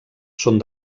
són